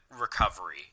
recovery